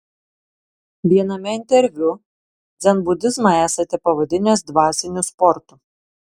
viename interviu dzenbudizmą esate pavadinęs dvasiniu sportu